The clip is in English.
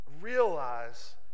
realize